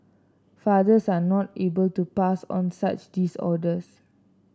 fathers are not able to pass on such disorders